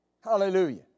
Hallelujah